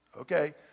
Okay